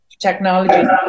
technology